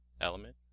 element